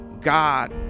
God